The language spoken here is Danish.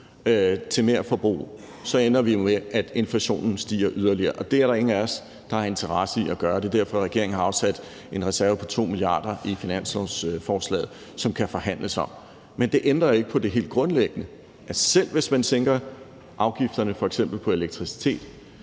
til merforbrug, ender vi jo med, at inflationen stiger yderligere, og det er der ingen af os der har en interesse i at gøre, og det er derfor, regeringen har afsat en reserve på 2 mia. kr. i finanslovsforslaget, som der kan forhandles om. Men det ændrer jo ikke på det helt grundlæggende, altså at selv hvis man sænker afgifterne, f.eks. på elektricitet,